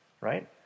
Right